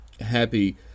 happy